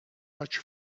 much